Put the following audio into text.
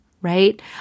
right